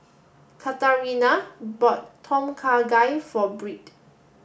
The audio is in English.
Katharina bought Tom Kha Gai for Byrd